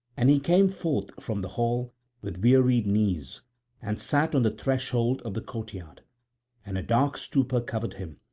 and he came forth from the hall with wearied knees and sat on the threshold of the courtyard and a dark stupor covered him,